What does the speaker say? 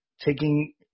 taking –